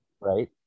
Right